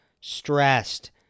stressed